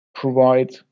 Provide